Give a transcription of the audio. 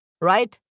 Right